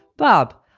bob,